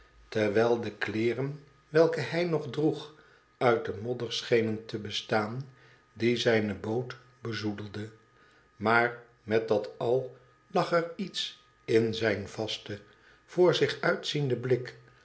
terwijl de kleeren welke hij nog droeg uit de modder schenen te bestaan die zijne boot bezoedelde maar met dat al lag er iets in zijn vasten voor zich uitzienden blik